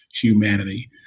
humanity